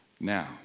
Now